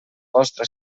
vostra